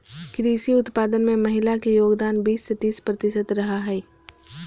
कृषि उत्पादन में महिला के योगदान बीस से तीस प्रतिशत रहा हइ